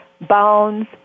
bones